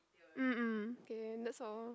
um um okay that's all